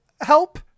help